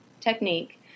technique